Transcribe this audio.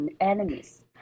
enemies